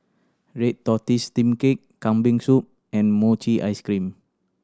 red tortoise steamed cake Kambing Soup and mochi ice cream